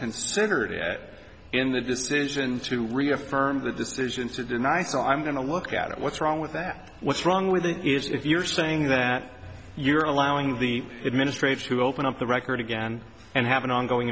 considered it in the decision to reaffirm the decision to deny so i'm going to look at what's wrong with that what's wrong with it is if you're saying that you're allowing the administration to open up the record again and have an ongoing